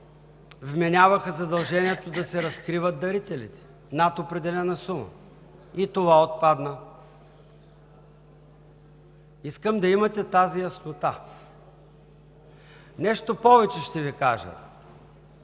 вменяваха задължението да се разкриват дарителите над определена сума. И това отпадна. Искам да имате тази яснота. Ще Ви кажа